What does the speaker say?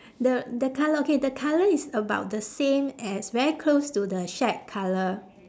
the the colour okay the colour is about the same as very close to the shack colour